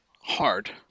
Hard